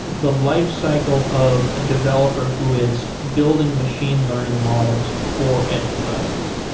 the lifecycle of a developer who is building machine learning models for edge devices